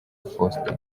faustin